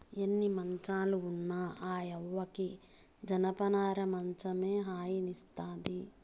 ఎన్ని మంచాలు ఉన్న ఆ యవ్వకి జనపనార మంచమే హాయినిస్తాది